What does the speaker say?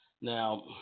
Now